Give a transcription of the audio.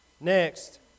Next